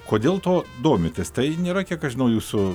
kodėl tuo domitės tai nėra kiek aš žinau jūsų